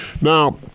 Now